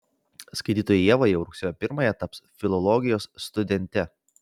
skaitytoja ieva jau rugsėjo pirmąją taps filologijos studente